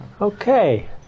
Okay